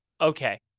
Okay